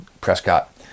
Prescott